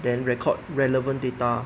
then record relevant data